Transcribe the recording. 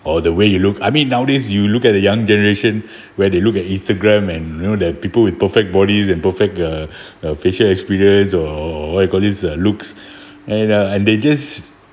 or the way you look I mean nowadays you look at the young generation where they look at instagram and you know that people with perfect bodies and perfect uh facial experience or or what you call this uh looks and uh and they just